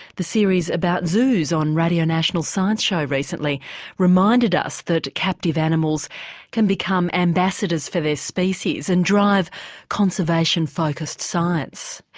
the series about zoos on radio national's science show recently reminded us that captive animals can become ambassadors for their species and drive conservation focussed science.